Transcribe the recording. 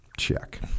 check